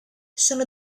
sono